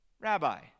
Rabbi